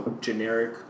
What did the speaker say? generic